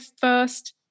first